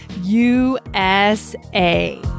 USA